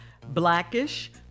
blackish